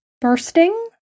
Bursting